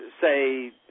say